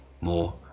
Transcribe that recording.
more